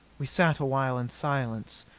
we sat awhile in silence,